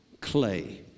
clay